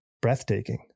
breathtaking